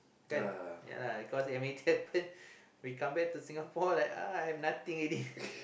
kan ya lah because I mean we come back to Singapore like ah have nothing already